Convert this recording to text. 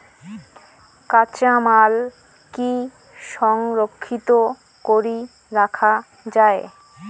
কাঁচামাল কি সংরক্ষিত করি রাখা যায়?